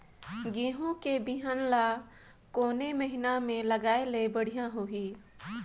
गहूं के बिहान ल कोने महीना म लगाय ले बढ़िया होही?